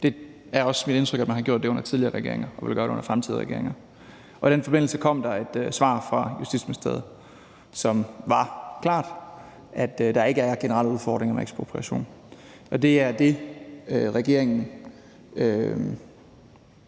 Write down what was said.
Det er også mit indtryk, at man har gjort det under tidligere regeringer, og at man vil gøre det under fremtidige regeringer. Og i den forbindelse kom der et svar fra Justitsministeriet, som klart var, at der ikke er generelle udfordringer med ekspropriation. Det er det, regeringen